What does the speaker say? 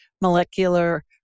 molecular